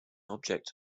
object